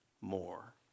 more